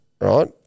right